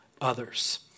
others